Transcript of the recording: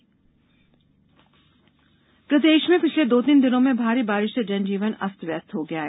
मौसम प्रदेष में पिछले दो तीन दिनों भारी बारिष से जनजीवन अस्तव्यस्त हो गया है